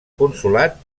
consolat